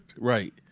right